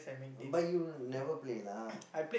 but you never play lah